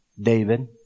David